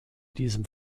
diesem